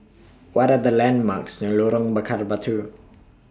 What Are The landmarks near Lorong Bakar Batu